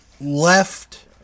left